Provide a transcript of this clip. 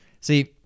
See